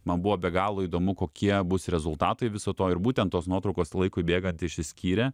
man buvo be galo įdomu kokie bus rezultatai viso to ir būtent tos nuotraukos laikui bėgant išsiskyrė